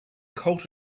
cult